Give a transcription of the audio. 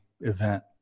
event